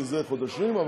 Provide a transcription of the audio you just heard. זה חודשים.